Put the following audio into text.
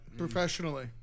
Professionally